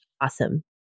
awesome